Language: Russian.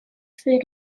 свои